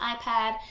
iPad